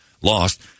lost